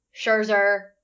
Scherzer